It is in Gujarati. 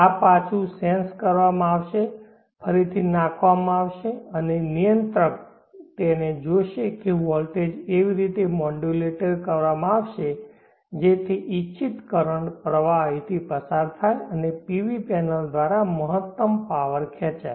આ પાછું સેન્સ કરવામાં આવશે ફરિથી નાખવામાં આવશે અને નિયંત્રક તેને જોશે કે વોલ્ટેજ એવી રીતે મોડ્યુલેટેડ કરવામાં આવશે જેથી ઇચ્છિત કરંટ પ્રવાહ અહીંથી પસાર થાય અને PV પેનલ દ્વારા મહત્તમ પાવર ખેંચાય